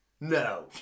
No